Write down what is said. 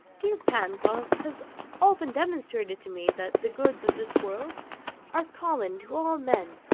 dear pangloss has often demonstrated to me that the goods of this world are common to all men,